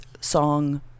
song